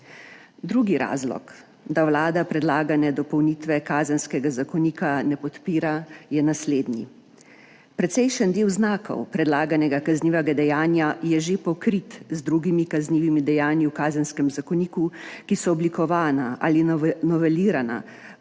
Drugi razlog, da Vlada predlagane dopolnitve Kazenskega zakonika ne podpira, je naslednji – precejšen del znakov predlaganega kaznivega dejanja je že pokrit z drugimi kaznivimi dejanji v Kazenskem zakoniku, ki so oblikovana ali novelirana prav